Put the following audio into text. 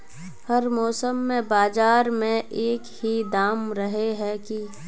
हर मौसम में बाजार में एक ही दाम रहे है की?